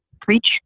preach